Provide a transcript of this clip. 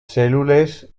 cèl·lules